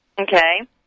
Okay